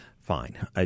Fine